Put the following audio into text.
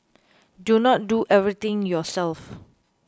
do not do everything yourself